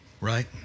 right